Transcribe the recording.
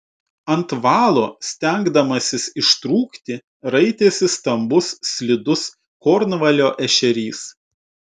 ant valo stengdamasis ištrūkti raitėsi stambus slidus kornvalio ešerys